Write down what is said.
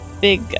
big